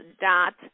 dot